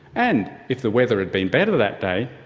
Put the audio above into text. and if the weather had been better that day,